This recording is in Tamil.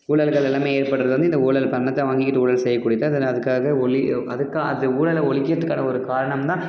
ஊழல்கள் எல்லாமே ஏற்பட்கிறது வந்து இந்த ஊழல் பணத்தை வாங்கிக்கிட்டு ஊழல் செய்யக்கூடியதாக அதுக்காக ஒழி அதுக்காக அந்த ஊழல ஒழிக்கிறதுக்கான ஒரு காரணம் தான்